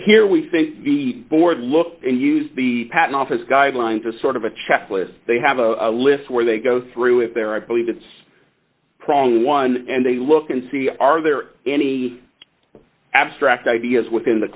here we think the board look and use the patent office guidelines a sort of a checklist they have a list where they go through it there i believe it's prong one and they look and see are there any abstract ideas within the